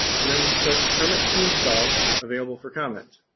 and then click permit to install available for comment.